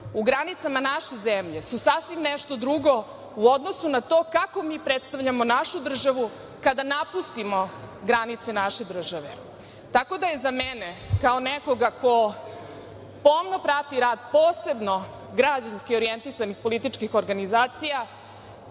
u granicama naše zemlje su sasvim nešto drugo u odnosu na to kako mi predstavljamo našu državu kada napustimo granice naše države. Tako da je za mene kao nekoga ko pomno prati rad, posebno građanski orijentisanih političkih organizacija,